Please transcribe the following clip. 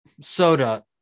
soda